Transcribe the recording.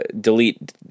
delete